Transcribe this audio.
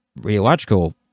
radiological